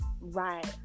right